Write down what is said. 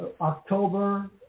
October